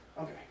Okay